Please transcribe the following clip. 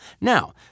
Now